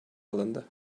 alındı